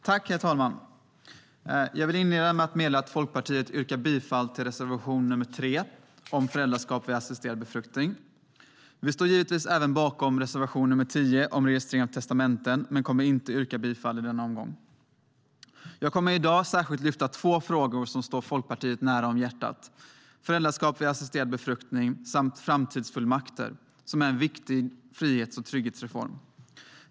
Herr talman! Jag vill inleda med att meddela att Folkpartiet yrkar bifall till reservation nr 3 om föräldraskap vid assisterad befruktning. Vi står givetvis även bakom reservation nummer 10 om registrering av testamenten men kommer inte att yrka bifall i denna omgång. Jag kommer i dag att särskilt lyfta två frågor som står Folkpartiet nära hjärtat: föräldraskap vid assisterad befruktning samt framtidsfullmakter, som är en viktig frihets och trygghetsreform.